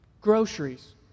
Groceries